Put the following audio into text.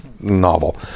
novel